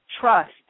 trust